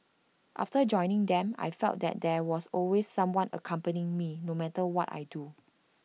after joining them I felt that there was always someone accompanying me no matter what I do